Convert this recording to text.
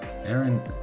Aaron